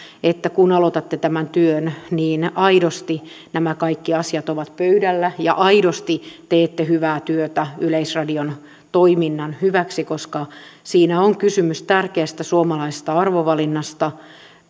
että kun aloitatte tämän työn niin aidosti nämä kaikki asiat ovat pöydällä ja aidosti teette hyvää työtä yleisradion toiminnan hyväksi koska siinä on kysymys tärkeästä suomalaisesta arvovalinnasta